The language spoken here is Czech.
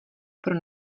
pro